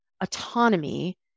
autonomy